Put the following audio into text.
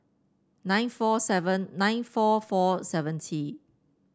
nine four seven nine four four seventy